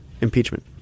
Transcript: Impeachment